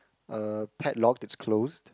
uh padlocked it's closed